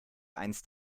einst